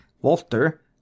Walter